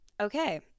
Okay